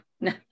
no